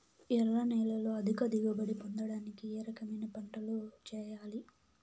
ఎర్ర నేలలో అధిక దిగుబడి పొందడానికి ఏ రకమైన పంటలు చేయాలి?